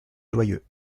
joyeux